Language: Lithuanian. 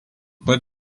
pat